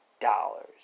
dollars